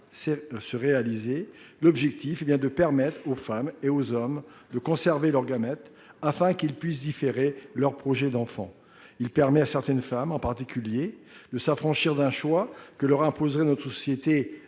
se réaliser, il s'agit de permettre aux femmes et aux hommes de conserver leurs gamètes, afin qu'ils puissent différer leurs projets d'enfants. Certaines femmes pourraient ainsi s'affranchir d'un choix que leur imposerait notre société